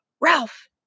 Ralph